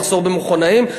מחסור במכונאים,